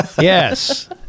Yes